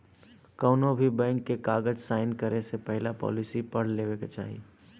कौनोभी बैंक के कागज़ साइन करे से पहले पॉलिसी पढ़ लेवे के चाही